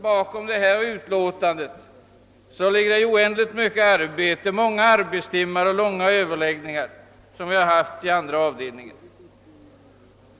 Bakom det här utlåtandet ligger mycket arbete, många arbetstimmar och långa överläggningar inom andra avdelningen.